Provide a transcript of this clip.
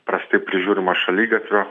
prastai prižiūrimo šaligatvio